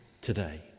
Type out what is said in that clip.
today